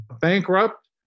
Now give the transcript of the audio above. bankrupt